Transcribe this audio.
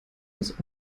des